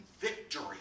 victory